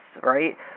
right